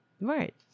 Right